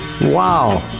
wow